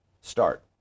start